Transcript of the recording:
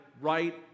right